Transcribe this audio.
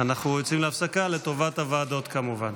אנחנו יוצאים להפסקה לטובת הוועדות, כמובן.